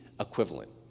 equivalent